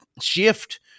shift